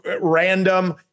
random